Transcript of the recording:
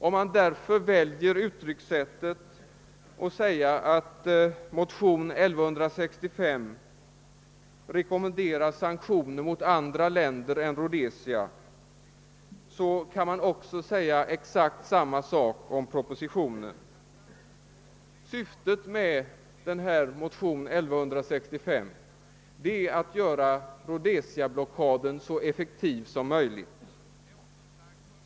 Om man därför väljer uttryckssättet att motionen II: 1165 rekommenderar sanktioner mot andra länder än Rhodesia, så kan man säga exakt samma sak om propositionen. Syftet med motionen är att göra Rhodesiabojkotten så effektiv som möjligt.